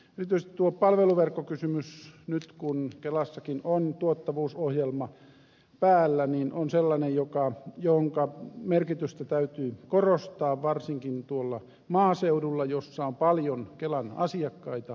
erityisesti tuo palveluverkkokysymys nyt kun kelassakin on tuottavuusohjelma päällä on sellainen jonka merkitystä täytyy korostaa varsinkin tuolla maaseudulla missä on paljon kelan asiakkaita